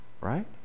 right